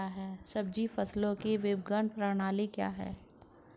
सब्जी फसलों की विपणन प्रणाली क्या है?